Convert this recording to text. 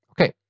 okay